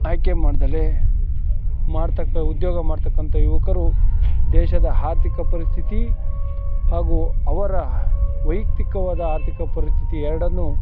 ಆಯ್ಕೆ ಮಾಡ್ದಲೇ ಮಾಡ್ತಕ್ಕ ಉದ್ಯೋಗ ಮಾಡ್ತಕ್ಕಂಥ ಯುವಕರು ದೇಶದ ಆರ್ಥಿಕ ಪರಿಸ್ಥಿತಿ ಹಾಗು ಅವರ ವೈಯುಕ್ತಿಕವಾದ ಆರ್ಥಿಕ ಪರಿಸ್ಥಿತಿ ಎರಡನ್ನು